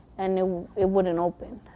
and it wouldn't open.